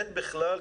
אין בכלל?